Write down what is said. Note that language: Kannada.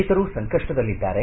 ರೈತರು ಸಂಕಪ್ಪದಲ್ಲಿದ್ದಾರೆ